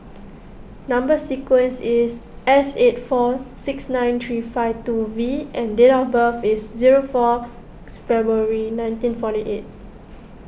Number Sequence is S eight four six nine three five two V and date of birth is zero four February nineteen forty eight